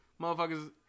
Motherfuckers